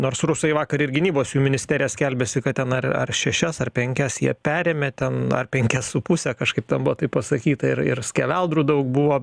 nors rusai vakar ir gynybos jų ministerija skelbiasi kad ten ar ar šešias ar penkias jie perėmė ten ar penkias su puse kažkaip ten buvo taip pasakyta ir ir skeveldrų daug buvo